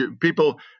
people